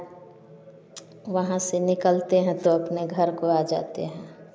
वहाँ से निकलते हैं तो अपने घर को आ जाते हैं